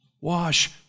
Wash